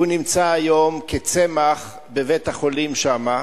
הוא נמצא היום כצמח בבית-החולים שם.